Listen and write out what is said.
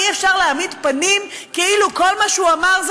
אי-אפשר להעמיד פנים כאילו כל מה שהוא אמר זה